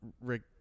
Rick